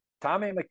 Tommy